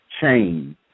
change